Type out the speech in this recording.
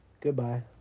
Goodbye